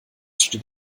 steht